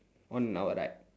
on our right